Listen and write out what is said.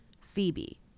phoebe